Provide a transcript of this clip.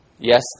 Yes